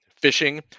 fishing